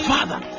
Father